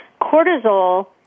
cortisol